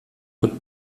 wird